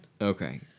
Okay